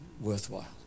worthwhile